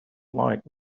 like